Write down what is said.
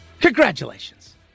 Congratulations